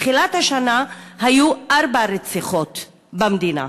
מתחילת השנה היו ארבע רציחות במדינה,